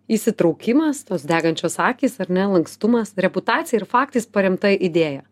įsitraukimas tos degančios akys ar ne lankstumas reputacija ir faktais paremta idėja